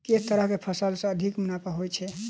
केँ तरहक फसल सऽ अधिक मुनाफा होइ छै?